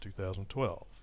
2012